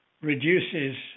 reduces